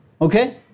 Okay